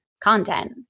content